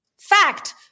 Fact